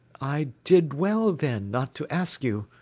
i did well, then, not to ask you,